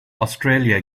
australia